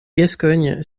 gascogne